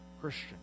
Christian